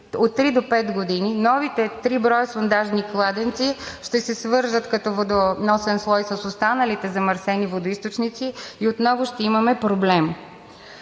от три до пет години новите три броя сондажни кладенци ще се свържат като водоносен слой с останалите замърсени водоизточници и отново ще имаме проблем.